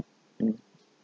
mm